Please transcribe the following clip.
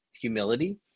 humility